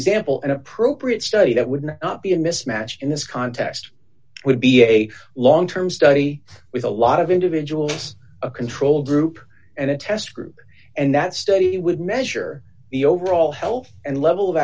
example an appropriate study that would be a mismatch in this context would be a long term study with a lot of individuals a control group and a test group and that study would measure the overall health and level of